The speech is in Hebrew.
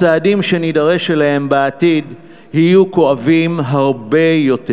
הצעדים שנידרש אליהם בעתיד יהיו כואבים הרבה יותר,